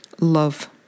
love